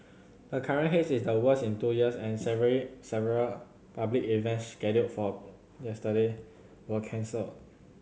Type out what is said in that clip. the current haze is the worst in two years and several public events scheduled for yesterday were cancelled